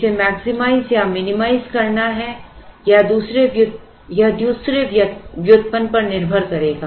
उसे मैक्सिमाइज या मिनिमाइज करना है यह दूसरे व्युत्पन्न पर निर्भर करेगा